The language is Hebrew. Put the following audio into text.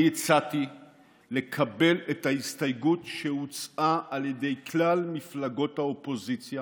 אני הצעתי לקבל את ההסתייגות שהוצעה על ידי כלל מפלגות האופוזיציה